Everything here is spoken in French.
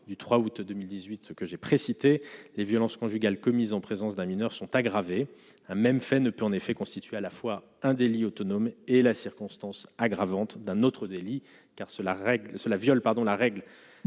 du 3 août 2018, ce que j'ai précités, les violences conjugales commises en présence d'un mineur sont aggravées, a même fait ne peut en effet constituer à la fois un délit autonome et la circonstance aggravante d'un autre délit car cela règle cela viole